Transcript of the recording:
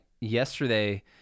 yesterday